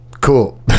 cool